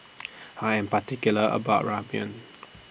I Am particular about Ramyeon